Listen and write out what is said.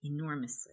enormously